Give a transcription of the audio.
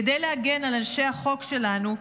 כדי להגן על אנשי החוק שלנו,